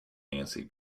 nancy